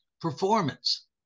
performance